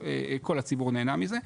כל הציבור נהנה מזה.